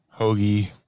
hoagie